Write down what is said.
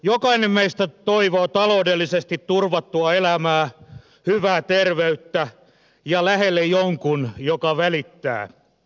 jokainen meistä toivoo taloudellisesti turvattua elämää hyvää terveyttä ja lähelle jonkun joka välittää